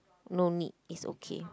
no need it's okay